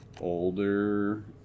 older